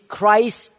Christ